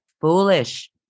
Foolish